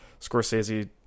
Scorsese